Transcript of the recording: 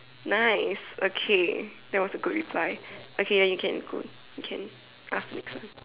nice okay that was a good reply okay now you can go you can ask later